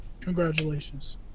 Congratulations